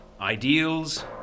ideals